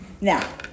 Now